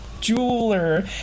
jeweler